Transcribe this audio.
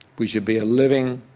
we should be a living,